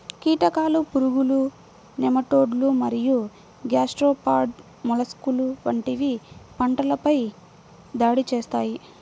కీటకాలు, పురుగులు, నెమటోడ్లు మరియు గ్యాస్ట్రోపాడ్ మొలస్క్లు వంటివి పంటలపై దాడి చేస్తాయి